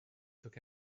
took